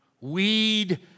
Weed